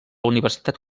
universitat